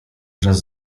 wraz